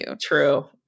true